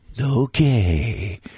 Okay